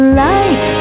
light